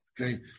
Okay